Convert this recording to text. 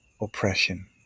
oppression